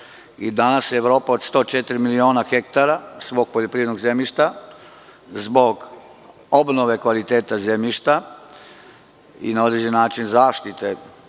Danas Evropa od 104 miliona hektara svog poljoprivrednog zemljišta, zbog obnove kvaliteta zemljišta i na određen način zaštite